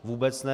Vůbec ne.